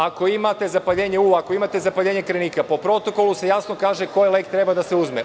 Ako imate zapaljenja uva, ako imate zapaljenje krajnika, po protokolu se jasno kaže koji lek treba da se uzme.